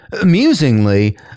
Amusingly